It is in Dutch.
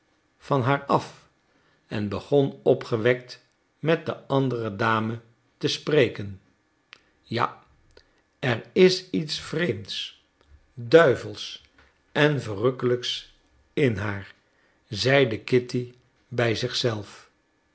van haar af en begon opgewekt met de andere dame te spreken ja er is iets vreemds duivelsch en verrukkelijks in haar zeide kitty bij